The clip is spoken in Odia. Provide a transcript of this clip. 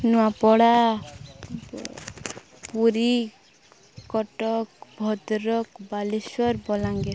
ନୂଆପଡ଼ା ପୁରୀ କଟକ ଭଦ୍ରକ ବାଲେଶ୍ୱର ବଲାଙ୍ଗୀର